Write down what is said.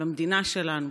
במדינה שלנו,